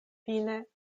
unu